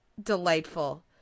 delightful